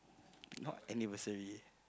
not anniversary